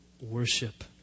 worship